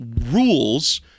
rules